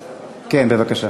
היושב-ראש.